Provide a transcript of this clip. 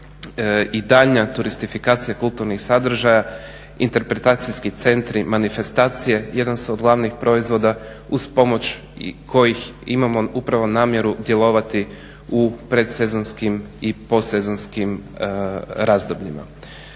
i daljnja turistifikacija kulturnih sadržaja, interpretacijski centri, manifestacije jedan su od glavnih proizvoda uz pomoć kojih imamo upravo namjeru djelovati u predsezonskim i postsezonskim razdobljima.